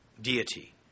deity